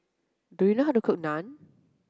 do you know how to cook Naan